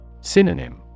Synonym